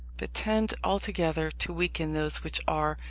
but tend altogether to weaken those which are,